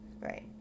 Right